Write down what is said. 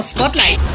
Spotlight